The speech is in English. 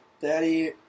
Daddy